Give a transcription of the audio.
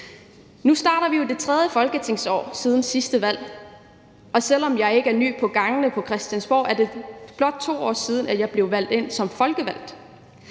Nu starter vi jo på det tredje folketingsår siden sidste valg, og selv om jeg ikke er ny på gangene på Christiansborg, er det blot 2 år siden, at jeg blev valgt ind som folkevalgt.